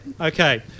Okay